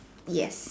yes